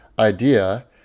idea